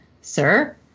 Sir